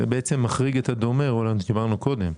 זה בעצם מחריג את ה"דומה" עליו דיברנו קודם.